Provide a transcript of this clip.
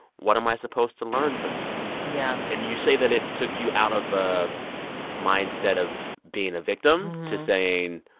what am i supposed to learn from this? yeah and you say that it took you out of a mindset of being a victim to saying,